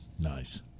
Nice